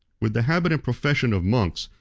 with the habit and profession of monks,